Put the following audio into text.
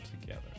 together